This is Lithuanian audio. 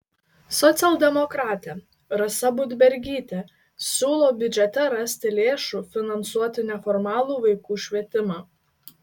socialdemokratė rasa budbergytė siūlo biudžete rasti lėšų finansuoti neformalų vaikų švietimą